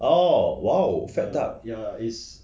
oh !whoa! fat duck